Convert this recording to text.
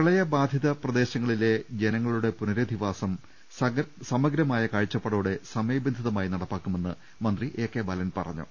പ്രളയബാധിത പ്രദേശങ്ങളിലെ ജനുങ്ങളുടെ പുനരധിവാസം സമഗ്രമായ കാഴ്ചപ്പാടോടെ സമയബന്ധിതമായി നടപ്പിലാക്കുമെന്ന് മന്ത്രി എ കെ ബാലൻ പറഞ്ഞു